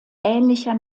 ähnlicher